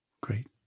great